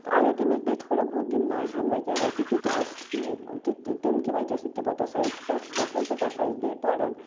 تہٕ اگر تٔمِس بیٚیہِ تھوڑا بہت گِنٛدناہن وغیرہ تہِ تہِ تہِ اوس ٹھیٖک تہِ تمہِ کہِ وَجہ سۭتۍ تہِ پَتہٕ ہَسا ٲسۍ فرٛیش گژھان پَتہٕ آسان أسۍ بیٚیہِ پَران